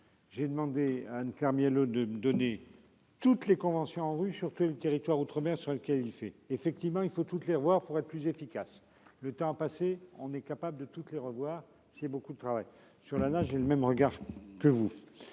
J'ai demandé. Anne-Claire Mialot de donner toutes les conventions ANRU sur tout le territoire outre-mer sur lequel il fait effectivement il faut toutes les voir pour être plus efficace. Le temps a passé, on est capable de toutes les revoir c'est beaucoup de travail sur la neige. J'ai le même regard que vous.